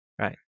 Right